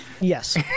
yes